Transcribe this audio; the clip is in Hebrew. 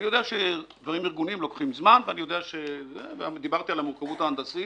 אני יודע שדברים ארגוניים לוקחים זמן ודיברתי על המורכבות ההנדסית,